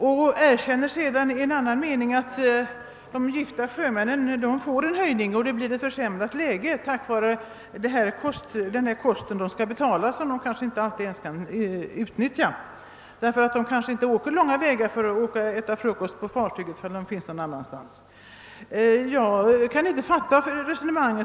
I en annan mening medgav han emellertid att de gifta sjömännens läge försämras på grund av att de skall betala skatt för förmånen av fri kost — en förmån som de kanske dessutom inte alltid ens kan utnyttja. Jag kan inte fatta detta resonemang.